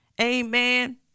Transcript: Amen